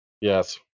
Yes